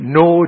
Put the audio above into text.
no